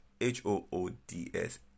H-O-O-D-S